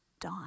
die